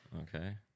Okay